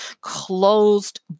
closed